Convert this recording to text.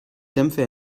dämpfe